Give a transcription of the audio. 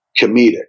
comedic